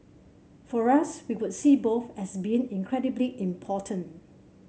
for us we would see both as being incredibly important